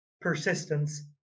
persistence